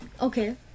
Okay